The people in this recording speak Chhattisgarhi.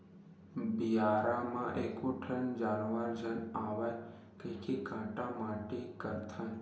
बियारा म एको ठन जानवर झन आवय कहिके काटा माटी करथन